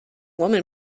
woman